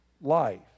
life